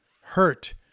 hurt